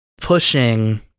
pushing